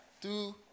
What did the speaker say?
two